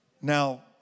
Now